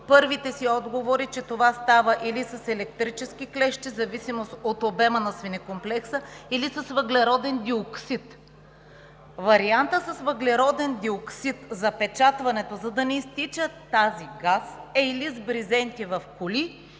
първите си отговори, че това става или с електрически клещи – в зависимост от обема на свинекомплекса, или с въглероден диоксид. Вариантът с въглероден диоксид, запечатването, за да не изтича тази газ, е или с брезенти в коли,